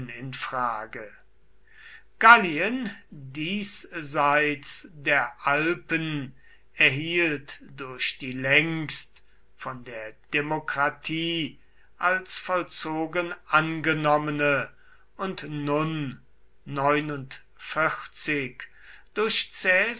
in frage gallien diesseits der alpen erhielt durch die längst von der demokratie als vollzogen angenommene und nun durch